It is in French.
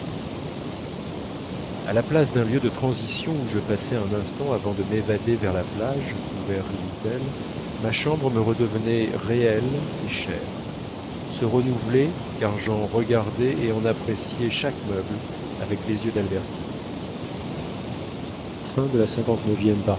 à la place d'un lieu de transition où je passais un instant avant de m'évader vers la plage ou vers rivebelle ma chambre me redevenait réelle et chère se renouvelait car j'en regardais et en appréciais chaque meuble avec les yeux d'albertine